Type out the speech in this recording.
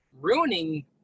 ruining